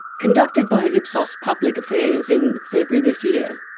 conducted by ipsos public affairs in february this year,